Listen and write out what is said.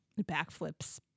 backflips